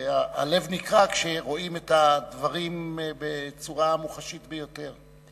הלב נקרע, כשרואים את הדברים בצורה מוחשית ביותר.